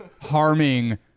harming